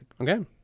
Okay